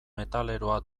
metaleroa